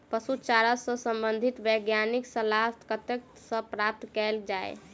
पशु चारा सऽ संबंधित वैज्ञानिक सलाह कतह सऽ प्राप्त कैल जाय?